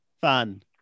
Fun